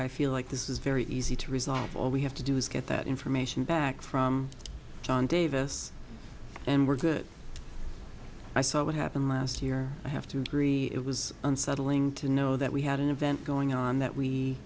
i feel like this is very easy to resolve all we have to do is get that information back from john davis and we're good i saw what happened last year i have to agree it was unsettling to know that we had an event going on that we